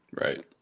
right